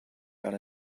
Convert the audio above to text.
got